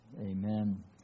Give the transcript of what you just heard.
Amen